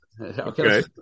Okay